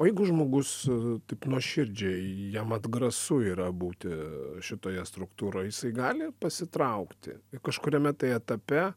o jeigu žmogus taip nuoširdžiai jam atgrasu yra būti šitoje struktūroj jisai gali pasitraukti kažkuriame etape